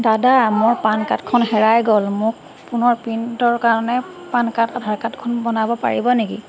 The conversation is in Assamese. দাদা মোৰ পান কাৰ্ডখন হেৰাই গ'ল মোক পুনৰ প্ৰিণ্টৰ কাৰণে পান কাৰ্ড আধাৰ কাৰ্ডখন বনাব পাৰিব নেকি